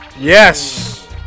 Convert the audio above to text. Yes